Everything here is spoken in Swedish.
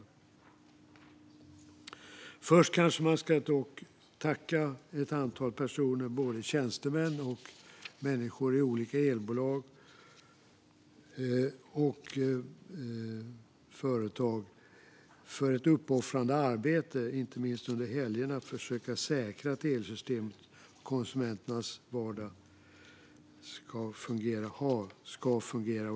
Extra ändringsbudget för 2023 - Stöd till Ukraina samt åtgärder riktade till företag och hushåll till följd av höga energipriser Först kanske jag dock ska tacka ett antal personer, både tjänstemän och människor i olika elbolag och företag, för ett uppoffrande arbete inte minst under helgerna för att försöka säkra att elsystemet och konsumenternas vardag ska fungera.